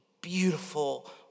beautiful